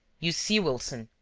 you see, wilson,